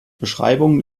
beschreibungen